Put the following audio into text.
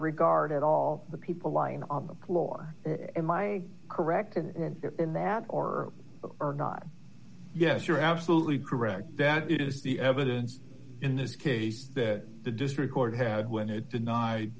regard at all the people lying on the floor in my correct and in that or are not yes you're absolutely correct that is the evidence in this case that the district court had when it